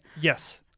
Yes